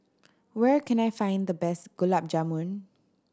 where can I find the best Gulab Jamun